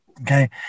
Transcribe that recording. Okay